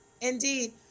Indeed